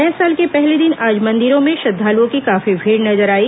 नये साल के पहले दिन आज मंदिरों में श्रद्वालुओं की काफी भीड़ नजर आई